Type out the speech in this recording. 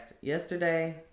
yesterday